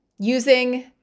Using